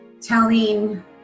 telling